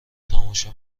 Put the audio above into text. تماشا